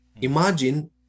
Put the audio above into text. imagine